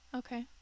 okay